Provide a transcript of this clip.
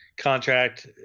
contract